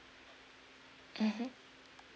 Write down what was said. mmhmm